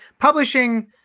publishing